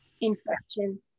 infection